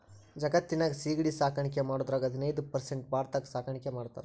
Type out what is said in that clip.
ಜಗತ್ತಿನ್ಯಾಗ ಸಿಗಡಿ ಸಾಕಾಣಿಕೆ ಮಾಡೋದ್ರಾಗ ಹದಿನೈದ್ ಪರ್ಸೆಂಟ್ ಭಾರತದಾಗ ಸಾಕಾಣಿಕೆ ಮಾಡ್ತಾರ